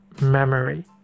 memory